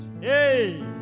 Hey